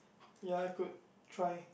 ya I could try